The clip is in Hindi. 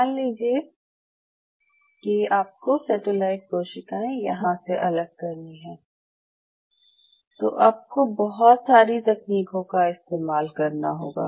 मान लीजिये कि आपको सेटेलाइट कोशिकाएं यहाँ से अलग करनी हैं तो आपको बहुत सारी तकनीकों का इस्तेमाल करना होगा